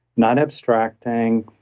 not abstracting,